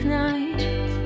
night